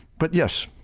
but yes,